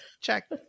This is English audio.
Check